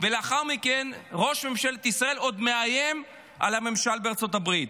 ולאחר מכן ראש ממשלת ישראל עוד מאיים על הממשל בארצות הברית.